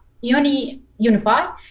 unify